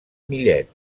millet